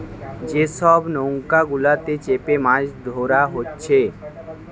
যে সব নৌকা গুলাতে চেপে মাছ ধোরা হচ্ছে